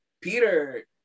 Peter